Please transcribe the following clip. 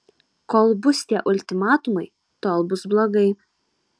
kol bus tie ultimatumai tol bus blogai